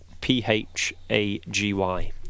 P-H-A-G-Y